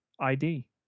ID